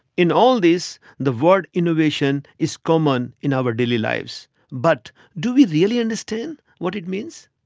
in all this, the word innovation is common in our daily lives but do we really understand what it means?